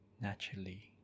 naturally